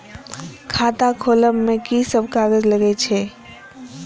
खाता खोलब में की सब कागज लगे छै?